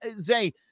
Zay